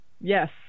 yes